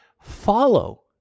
follow